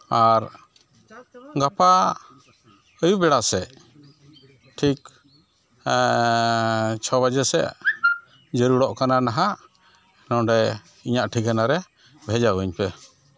ᱟᱨ ᱜᱟᱯᱟ ᱟᱹᱭᱩᱵᱽ ᱵᱮᱲᱟ ᱥᱮᱫ ᱴᱷᱤᱠ ᱪᱷᱚ ᱵᱟᱡᱮ ᱥᱮᱱ ᱡᱟᱹᱨᱩᱲᱚᱜ ᱠᱟᱱᱟ ᱱᱟᱜ ᱱᱚᱸᱰᱮ ᱤᱧᱟᱹᱜ ᱴᱷᱤᱠᱟᱹᱱᱟ ᱨᱮ ᱵᱷᱮᱡᱟᱣᱟᱹᱧ ᱯᱮ